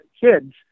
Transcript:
kids